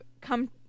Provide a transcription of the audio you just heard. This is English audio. come